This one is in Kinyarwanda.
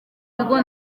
bigo